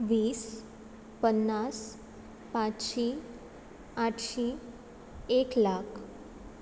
वीस पन्नास पांचशी आठशीं एक लाख